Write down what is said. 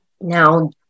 Now